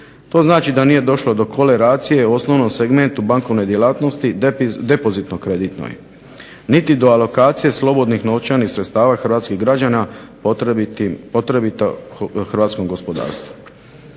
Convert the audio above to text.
To znači da nije došlo do koleracije osnovnom segmentu bankarske djelatnosti depozitno kreditnoj, niti do alokacije slobodnih novčanih sredstava Hrvatskih građana potrebito hrvatskom gospodarstvu.